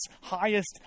highest